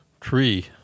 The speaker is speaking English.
Tree